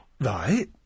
Right